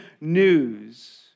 news